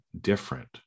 different